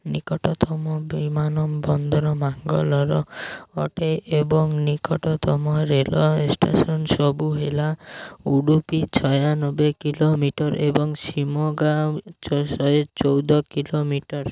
ନିକଟତମ ବିମାନ ବନ୍ଦର ମାଙ୍ଗାଲୋର ଅଟେ ଏବଂ ନିକଟତମ ରେଳ ଷ୍ଟେସନ୍ ସବୁ ହେଲା ଉଡୁପି ଛୟାନବେ କିଲୋମିଟର୍ ଏବଂ ଶିମୋଗା ଶହେ ଚଉଦ କିଲୋମିଟର୍